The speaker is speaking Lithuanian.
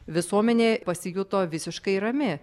visuomenė pasijuto visiškai rami